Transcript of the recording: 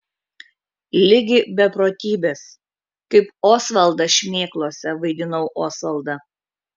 ligi beprotybės kaip osvaldas šmėklose vaidinau osvaldą